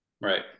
Right